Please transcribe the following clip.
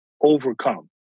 overcome